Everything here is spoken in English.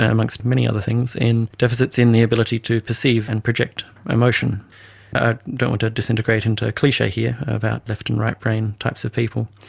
amongst many other things, in deficits in the ability to perceive and project emotion. i don't want to disintegrate into a cliche here about left and right-brain types of people,